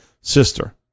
sister